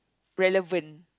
relevant